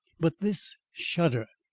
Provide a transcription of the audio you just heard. but this shudder,